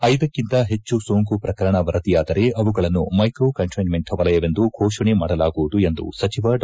ಐದಕ್ಕಿಂತ ಹೆಚ್ಚು ಸೋಂಕು ಪ್ರಕರಣ ವರದಿಯಾದರೆ ಅವುಗಳನ್ನು ಮೈಕೋ ಕಂಟೈನ್ಮೆಂಟ್ ವಲಯವೆಂದು ಘೋಷಣೆ ಮಾಡಲಾಗುವುದು ಎಂದು ಸಚಿವ ಡಾ